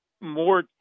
more